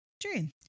Dream